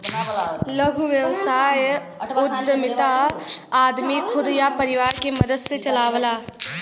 लघु व्यवसाय उद्यमिता आदमी खुद या परिवार के मदद से चलावला